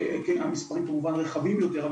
והמספרים כמובן רחבים יותר,